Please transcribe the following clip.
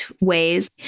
ways